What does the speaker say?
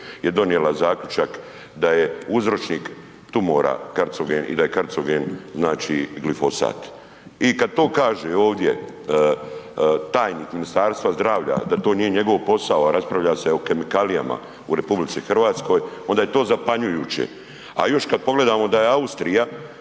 je donijela Zaključak da je uzročnik tumora karcogen, i da je karcogen, znači glifosat. I kad to kaže ovdje tajnik Ministarstva zdravlja da to nije njegov posao, a raspravlja se o kemikalijama u Republici Hrvatskoj, onda je to zapanjujuće, a još kad pogledamo da je Austrija